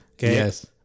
Yes